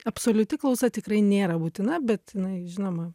absoliuti klausa tikrai nėra būtina bet jinai žinoma